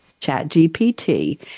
ChatGPT